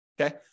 okay